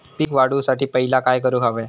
पीक वाढवुसाठी पहिला काय करूक हव्या?